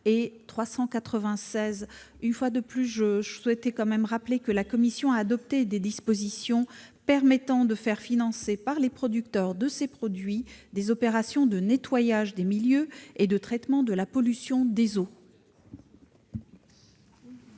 rectifié. Une fois de plus, je souhaite rappeler que la commission a adopté des dispositions permettant de faire financer par les producteurs de ces produits des opérations de nettoyage des milieux et de traitement de la pollution des eaux.